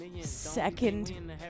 second